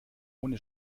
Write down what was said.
ohne